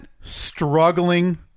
struggling